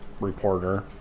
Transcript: reporter